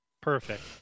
Perfect